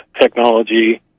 technology